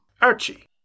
Archie